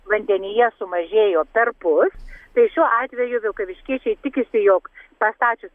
vandenyje sumažėjo perpus tai šiuo atveju vilkaviškiečiai tikisi jog pastačius